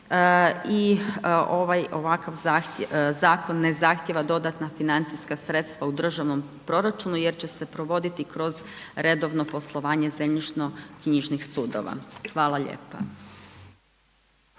ovakav zakon ne zahtijeva dodatna financijska sredstava u državnom proračunu jer će se provoditi kroz redovno poslovanje zemljišnoknjižnih sudova. Hvala lijepa.